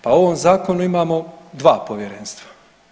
Pa u ovom zakonu imamo 2 povjerenstva.